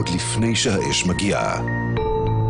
רוצים לומר משהו לפני שאנחנו עוברים לאורחים שלנו?